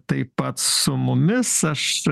taip pat su mumis aš